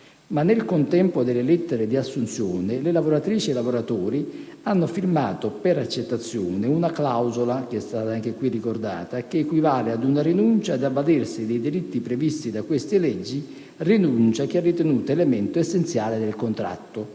nel contempo delle lettere di assunzione, le lavoratrici e i lavoratori hanno firmato, per accettazione, una clausola - anche qui ricordata - che equivale ad una rinuncia ad avvalersi dei diritti previsti da queste leggi; rinuncia che è ritenuta elemento essenziale del contratto.